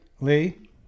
Lee